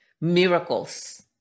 miracles